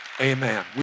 Amen